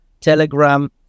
Telegram